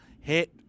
hit